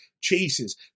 chases